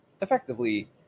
effectively